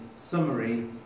summary